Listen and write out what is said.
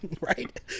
right